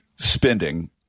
spending